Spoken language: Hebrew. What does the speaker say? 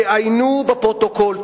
תעיינו בפרוטוקול,